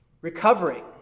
recovering